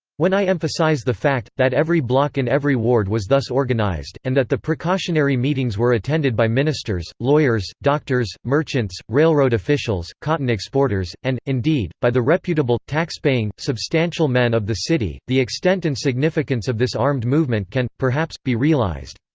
when i emphasize the fact, that every block in every ward was thus organized, and that the precautionary meetings were attended by ministers, lawyers, doctors, merchants, railroad officials, cotton exporters, and, indeed, by the reputable, taxpaying, substantial men of the city, the extent and significance of this armed movement can, perhaps, be realized.